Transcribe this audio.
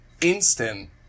instant